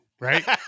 right